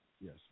Yes